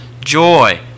joy